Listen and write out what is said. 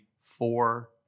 four